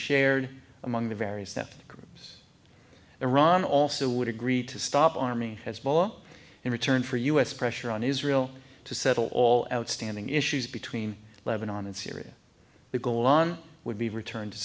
shared among the various that groups iran also would agree to stop army hezbollah in return for u s pressure on israel to settle all outstanding issues between lebanon and syria the goal line would be returned to